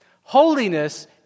Holiness